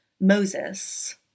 Moses